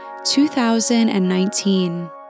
2019